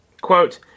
Quote